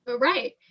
Right